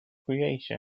creation